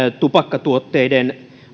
tupakkatuotteiden